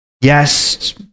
Yes